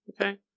Okay